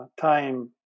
time